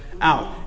out